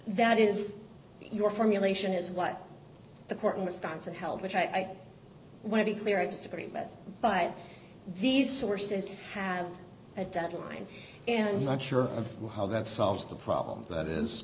that is your formulation is what the court in wisconsin held which i want to be clear of disagreement but these sources have a deadline and not sure how that solves the problem that is